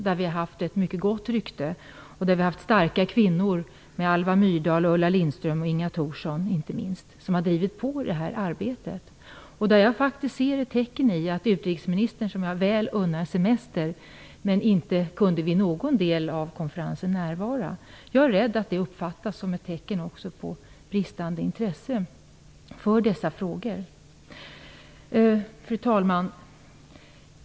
Vi har haft ett mycket gott rykte med starka kvinnor som Alva Myrdal, Ulla Lindström och inte minst Inga Thorsson som har varit pådrivande i det här arbetet. Utrikesministern, som jag väl unnar semester, kunde inte närvara vid någon del av konferensen. Jag är rädd att det uppfattas som ett tecken också på bristande intresse för dessa frågor. Fru talman!